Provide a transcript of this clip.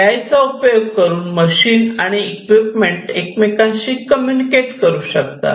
ए I चा उपयोग करून मशीन आणि इक्विपमेंट एकमेकांशी कम्युनिकेट करू शकतात